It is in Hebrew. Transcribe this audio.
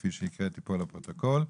כפי שהקראתי פה לפרוטוקול?